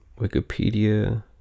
Wikipedia